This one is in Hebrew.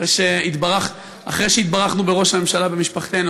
אחרי שהתברכנו בראש הממשלה במשפחתנו,